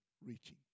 reaching